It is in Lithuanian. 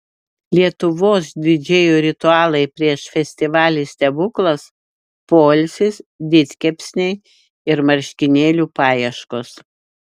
lietuvos didžėjų ritualai prieš festivalį stebuklas poilsis didkepsniai ir marškinėlių paieškos